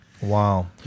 Wow